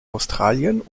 australien